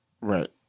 Right